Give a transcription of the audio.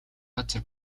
газар